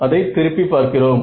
அதை திருப்பி பார்க்க்கிறோம்